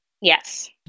Yes